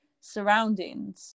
surroundings